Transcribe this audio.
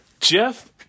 Jeff